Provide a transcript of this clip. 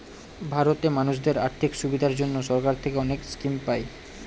ভারতে মানুষদের আর্থিক সুবিধার জন্য সরকার থেকে অনেক স্কিম পায়